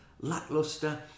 lackluster